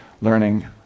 learning